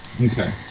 Okay